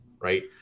right